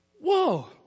Whoa